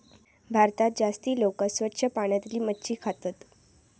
भारतात जास्ती लोका स्वच्छ पाण्यातली मच्छी खातत